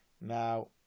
Now